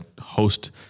host